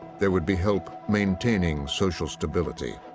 there would be help maintaining social stability.